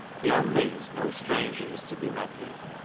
beyond these no stranger was to be met with.